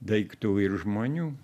daiktų ir žmonių